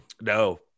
no